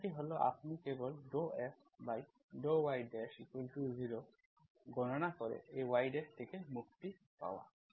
ধারণাটি হল আপনি কেবল ∂F∂y0 গণনা করে এই y থেকে মুক্তি পাওয়া